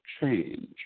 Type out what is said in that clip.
change